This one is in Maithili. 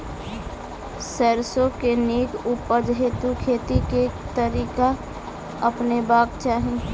सैरसो केँ नीक उपज हेतु खेती केँ केँ तरीका अपनेबाक चाहि?